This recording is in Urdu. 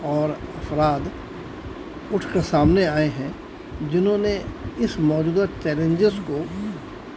اور افراد اٹھ کر سامنے آئے ہیں جنہوں نے اس موجودہ چیلنجز کو